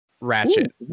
ratchet